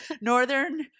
northern